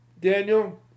Daniel